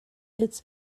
its